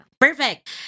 perfect